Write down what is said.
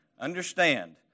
Understand